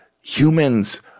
humans